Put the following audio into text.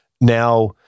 now